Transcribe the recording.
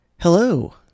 Hello